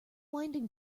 winding